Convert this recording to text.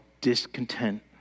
discontent